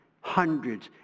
hundreds